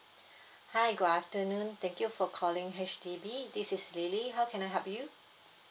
hi good afternoon thank you for calling H_D_B this is lily how can I help you